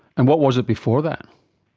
and what was it before that?